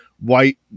white